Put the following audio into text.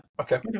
Okay